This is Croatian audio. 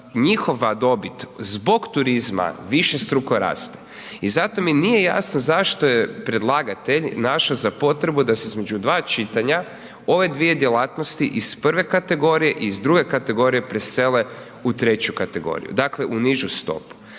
njihova dobit zbog turizma višestruko raste. I zato mi nije jasno zašto je predlagatelj našao za potrebu da se između dva čitanja ove dvije djelatnosti iz prve kategorije i iz druge kategorije presele u treću kategoriju, dakle, u nižu stopu.